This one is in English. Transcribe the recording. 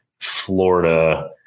Florida